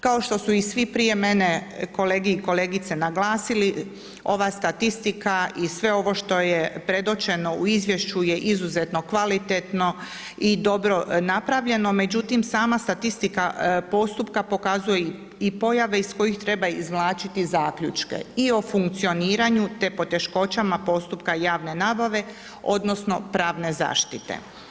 Kao što su i svi prije mene kolege i kolegice naglasili, ova statistika i sve ovo što je predočeno u izvješću je izuzetno kvalitetno i dobro napravljeno međutim sama statistika postupka pokazuje i pojave iz kojih treba izvlačiti zaključke i o funkcioniranju te poteškoćama postupka javne nabave odnosno pravne zaštite.